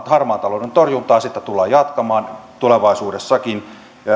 harmaan talouden torjuntaa tullaan jatkamaan tulevaisuudessakin